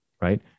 Right